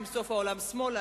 "סוף העולם שמאלה",